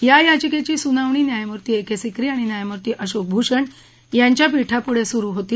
या याचिकेची सुनावणी न्यायमूर्ती ए के सिक्री आणि न्यायमूर्ती अशोक भूषण यांच्या पीठापुढं सुरु होती